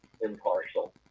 impartial